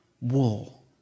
wool